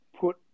put